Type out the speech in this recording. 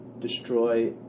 destroy